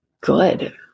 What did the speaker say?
good